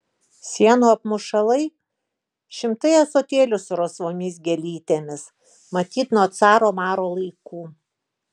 sienų apmušalai šimtai ąsotėlių su rausvomis gėlytėmis matyt nuo caro maro laikų